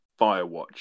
Firewatch